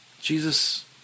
Jesus